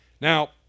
Now